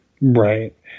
Right